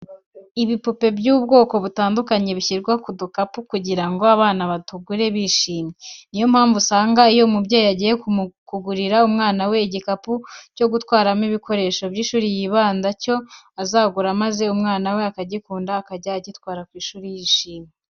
Ibipupe by'ubwoko butandukanye bishyirwa ku dukapu kugira ngo abana batugure bishimye. Ni yo mpamvu usanga iyo umubyeyi agiye kugurira umwana we igikapu cyo gutwaramo ibikoresho by'ishuri, yibanda ku cyo azagura maze umwana we akagikunda akajya agitwara ku ishuri yishimye.